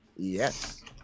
Yes